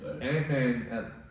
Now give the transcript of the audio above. Ant-Man